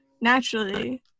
naturally